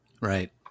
Right